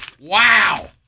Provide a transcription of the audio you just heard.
Wow